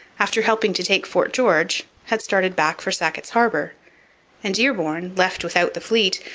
after helping to take fort george, had started back for sackett's harbour and dearborn, left without the fleet,